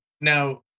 now